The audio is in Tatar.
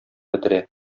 бетерә